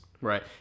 Right